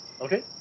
Okay